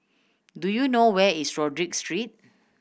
do you know where is Rodyk Street